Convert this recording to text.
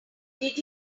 did